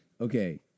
Okay